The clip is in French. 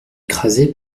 écrasé